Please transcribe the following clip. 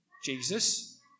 jesus